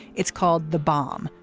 it's called the bomb.